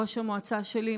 ראש המועצה שלי,